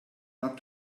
not